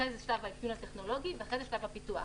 אחרי כן יש את האפיון הטכנולוגי ולאחר מכן שלב הפיתוח.